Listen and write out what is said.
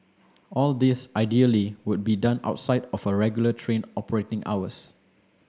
all this ideally would be done outside of regular train operating hours